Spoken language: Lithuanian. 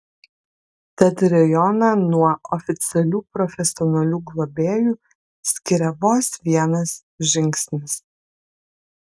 tad rajoną nuo oficialių profesionalių globėjų skiria vos vienas žingsnis